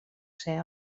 ser